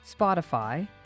Spotify